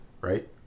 right